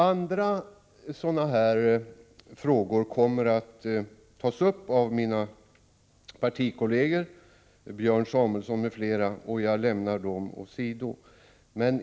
Andra frågor i detta sammanhang kommer att tas upp av partikolleger till mig— Björn Samuelson m.fl. — och jag lämnar därför frågorna åsido.